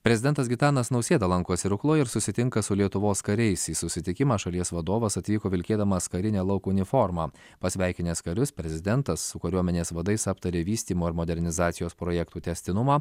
prezidentas gitanas nausėda lankosi rukloje ir susitinka su lietuvos kariais į susitikimą šalies vadovas atvyko vilkėdamas karinę lauko uniformą pasveikinęs karius prezidentas su kariuomenės vadais aptarė vystymo ir modernizacijos projektų tęstinumą